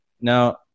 Now